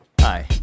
Hi